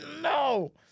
no